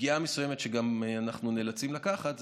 פגיעה מסוימת שאנחנו נאלצים לקחת,